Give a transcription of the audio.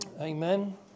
Amen